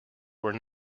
were